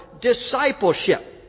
discipleship